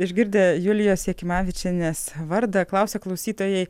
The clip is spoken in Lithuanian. išgirdę julijos jakimavičienės vardą klausia klausytojai